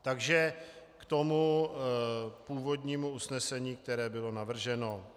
Takže k původnímu usnesení, které bylo navrženo.